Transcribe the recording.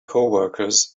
coworkers